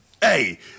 Hey